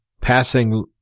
passing